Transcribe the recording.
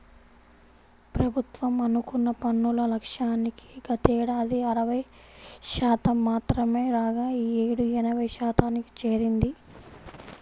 ప్రభుత్వం అనుకున్న పన్నుల లక్ష్యానికి గతేడాది అరవై శాతం మాత్రమే రాగా ఈ యేడు ఎనభై శాతానికి చేరింది